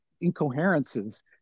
incoherences